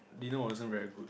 dinner wasn't very good